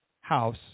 House